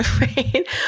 right